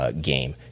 game